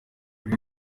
buri